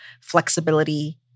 flexibility